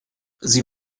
sie